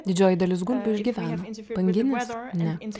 didžioji dalis gulbių išgyveno banginis ne